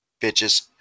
Bitches